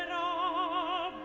and oh